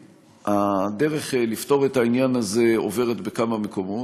הדרך לפתור את העניין הזה עוברת בכמה מקומות.